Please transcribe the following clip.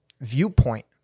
viewpoint